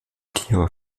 tiere